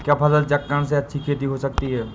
क्या फसल चक्रण से अच्छी खेती हो सकती है?